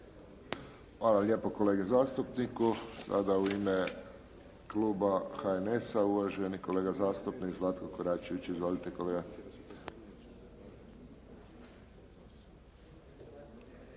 Hvala lijepo kolegi zastupniku. Sada u ime kluba HNS-a, uvaženi kolega zastupnik Zlatko Koračević. Izvolite, kolega.